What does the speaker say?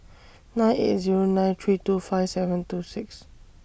nine eight Zero nine three two five seven two six